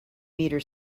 meter